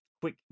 quick